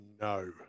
No